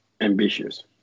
ambitious